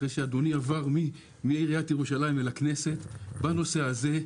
אחרי שאדוני עבר מעיריית ירושלים אל הכנסת בנושא הזה.